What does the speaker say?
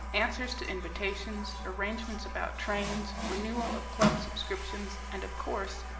answers to invitations, arrangements about trains, renewal of club subscriptions, and, of course,